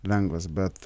lengvas bet